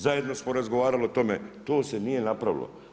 Zajedno smo razgovarali o tome, to se nije napravilo.